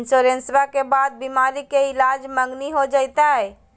इंसोरेंसबा के बाद बीमारी के ईलाज मांगनी हो जयते?